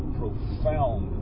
profound